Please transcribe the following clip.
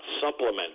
supplement